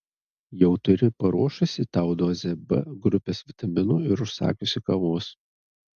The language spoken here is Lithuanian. jau turi paruošusi tau dozę b grupės vitaminų ir užsakiusi kavos